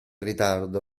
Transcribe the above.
ritardo